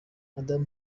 adam